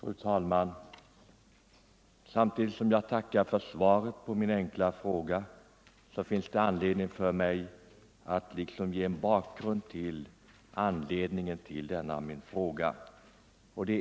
Fru talman! Samtidigt som jag tackar för svaret på min enkla fråga vill jag ange bakgrunden till denna min fråga.